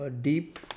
deep